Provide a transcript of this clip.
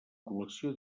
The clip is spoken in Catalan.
col·lecció